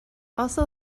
also